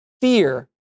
Fear